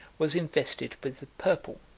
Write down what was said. was invested with the purple,